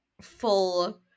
full